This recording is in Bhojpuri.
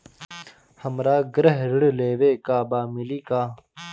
हमरा गृह ऋण लेवे के बा मिली का?